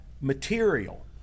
material